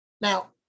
Now